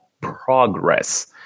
progress